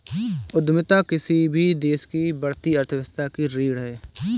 उद्यमिता किसी भी देश की बढ़ती अर्थव्यवस्था की रीढ़ है